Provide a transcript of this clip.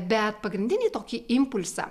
bet pagrindinį tokį impulsą